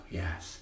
yes